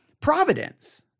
providence